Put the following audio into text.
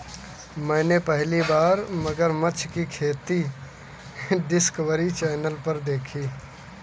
मैंने पहली बार मगरमच्छ की खेती डिस्कवरी चैनल पर देखी